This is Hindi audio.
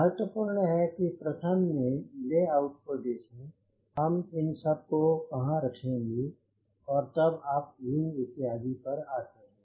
महत्वपूर्ण है कि प्रथम में ले आउट को देखें हम इन सब को कहां रखेंगे और तब आप विंग इत्यादि पर आते हैं